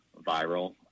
viral